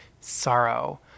sorrow